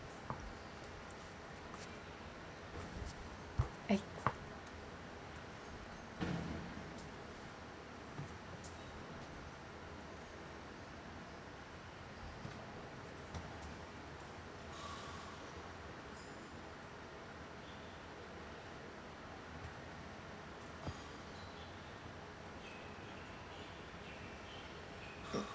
I